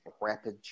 rapid